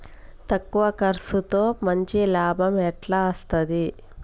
తక్కువ కర్సుతో మంచి లాభం ఎట్ల అస్తది?